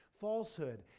falsehood